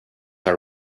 are